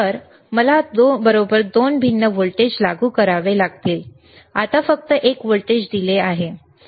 तर मला बरोबर 2 भिन्न व्होल्टेज लागू करावे लागतील आता फक्त एक व्होल्टेज दिले आहे